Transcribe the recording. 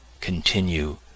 Continue